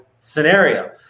scenario